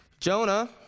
Jonah